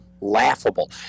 laughable